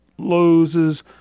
loses